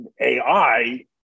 AI